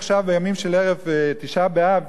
עכשיו הימים של ערב תשעה באב,